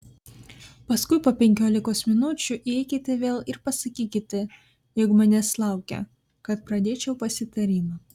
paskui po penkiolikos minučių įeikite vėl ir pasakykite jog manęs laukia kad pradėčiau pasitarimą